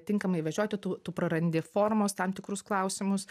tinkamai vežioti tu tu prarandi formos tam tikrus klausimus